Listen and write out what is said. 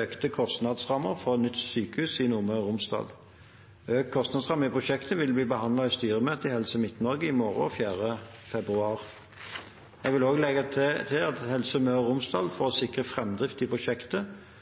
økt kostnadsramme for nytt sykehus i Nordmøre og Romsdal. Økt kostnadsramme i prosjektet vil bli behandlet i styremøte i Helse Midt-Norge i morgen, 4. februar. Jeg vil også legge til at Helse Møre og Romsdal,